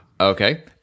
Okay